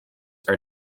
are